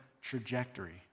trajectory